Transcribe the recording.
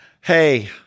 Hey